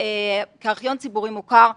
כל הברכות יש לנו בבוקר הזה.